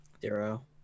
Zero